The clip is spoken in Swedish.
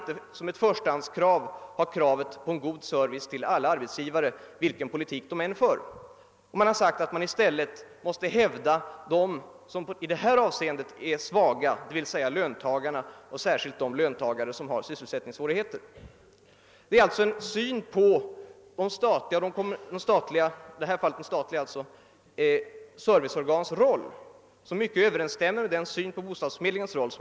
En god service till alla arbetsgivare — vilken politik dessa än för — kan inte vara ett förstahandskrav. I stället har man ansett att man bör stödja dem som i detta sammanhang är de svaga, d.v.s. löntagarna och särskilt de löntagare som har sysselsättningssvårigheter. Detta är en syn på de statliga serviceorganens roll som överensstämmer med min uppfattning om bostadsförmedlingens roll.